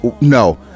No